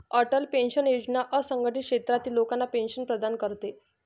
Atal pension योजना असंघटित क्षेत्रातील लोकांना पेन्शन प्रदान करते